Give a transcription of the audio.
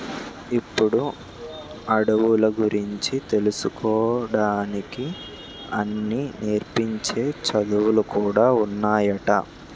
ఇప్పుడు అడవుల గురించి తెలుసుకోడానికి అన్నీ నేర్పించే చదువులు కూడా ఉన్నాయట